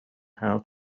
how